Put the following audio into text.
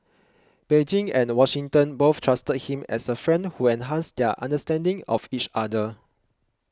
Beijing and Washington both trusted him as a friend who enhanced their understanding of each other